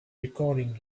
recording